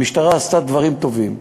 המשטרה עשתה דברים טובים,